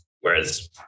Whereas